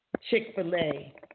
Chick-fil-A